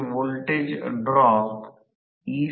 stator आणि rotor दरम्यान लहान अंतर आहे